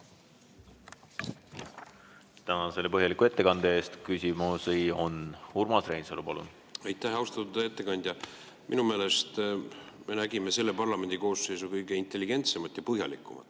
Tänan selle põhjaliku ettekande eest! Küsimusi on. Urmas Reinsalu, palun! Aitäh! Austatud ettekandja! Minu meelest me nägime selle parlamendikoosseisu kõige intelligentsemat ja põhjalikumat